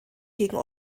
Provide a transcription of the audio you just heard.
gegen